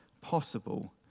possible